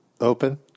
open